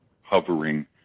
hovering